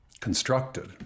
constructed